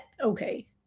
okay